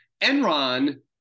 Enron